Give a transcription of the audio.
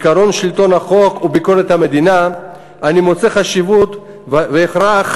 עקרון שלטון החוק וביקורת המדינה אני מוצא חשיבות והכרח